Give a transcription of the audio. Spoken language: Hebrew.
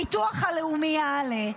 הביטוח הלאומי יעלה,